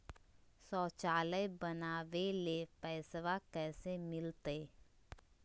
शौचालय बनावे ले पैसबा कैसे मिलते?